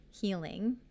healing